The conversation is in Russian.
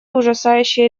ужасающей